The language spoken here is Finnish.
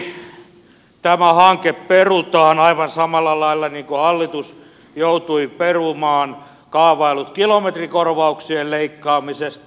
toivottavasti tämä hanke perutaan aivan samalla lailla niin kuin hallitus joutui perumaan kaavailut kilometrikorvauksien leikkaamisesta